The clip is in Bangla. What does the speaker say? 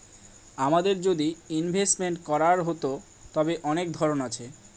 আমাদের যদি ইনভেস্টমেন্ট করার হতো, তবে অনেক ধরন আছে